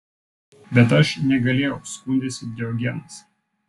bet aš negalėjau skundėsi diogenas